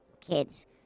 Kids